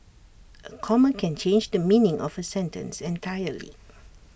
A comma can change the meaning of A sentence entirely